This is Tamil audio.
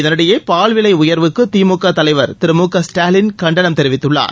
இதனிடையே பால் விலை உயர்வுக்கு திமுக தலைவர் திரு மு க ஸ்டாலின் கண்டனம் தெரிவித்துள்ளார்